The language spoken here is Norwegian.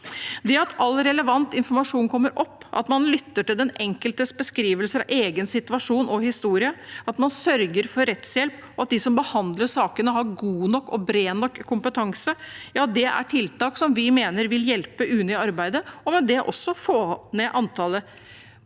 Det at all relevant informasjon kommer opp, at man lytter til den enkeltes beskrivelser av egen situasjon og historie, at man sørger for rettshjelp, og at de som behandler sakene, har god nok og bred nok kompetanse, er tiltak som vi mener vil hjelpe UNE i arbeidet, og med det også få ned antallet